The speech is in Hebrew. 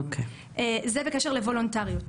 זה בקשר לוולונטריות.